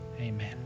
Amen